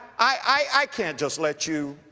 i, i, i can't just let you,